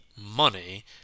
money